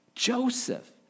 Joseph